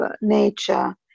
nature